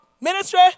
ministry